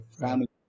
family